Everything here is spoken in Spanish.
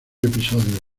episodio